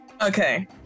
okay